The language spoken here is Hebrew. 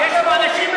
יש פה אנשים,